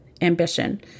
ambition